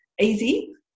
easy